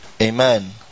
Amen